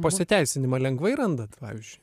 pasiteisinimą lengvai randat pavyzdžiui